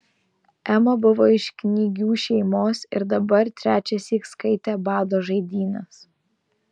ema buvo iš knygių šeimos ir dabar trečiąsyk skaitė bado žaidynes